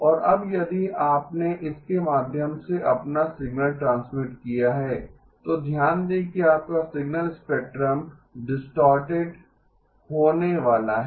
और अब यदि आपने इसके माध्यम से अपना सिग्नल ट्रांसमिट किया है तो ध्यान दें कि आपका सिग्नल स्पेक्ट्रम डिस्टॉर्टेड होने वाला है